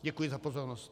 Děkuji za pozornost.